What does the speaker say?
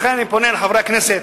לכן אני פונה לחברי הכנסת,